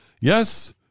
Yes